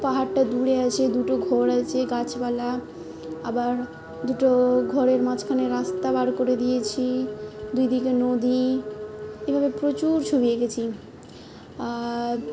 পাহাড়টা দূরে আছে দুটো ঘর আছে গাছপালা আবার দুটো ঘরের মাঝখানে রাস্তা বার করে দিয়েছি দুইদিকে নদী এভাবে প্রচুর ছবি এঁকেছি আর